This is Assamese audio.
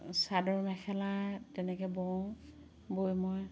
চাদৰ মেখেলা তেনেকে বওঁ বৈ মই